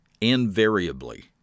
invariably